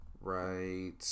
right